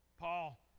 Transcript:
Paul